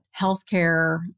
healthcare